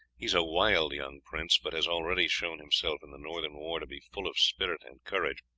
he is a wild young prince, but has already shown himself in the northern war to be full of spirit and courage,